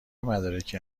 مدارکی